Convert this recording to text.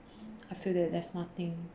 I feel that there's nothing